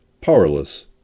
powerless